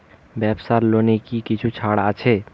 ব্যাবসার লোনে কি কিছু ছাড় আছে?